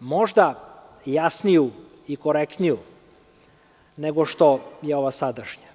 možda jasniju i korektniju nego što je ova sadašnja.